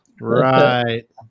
Right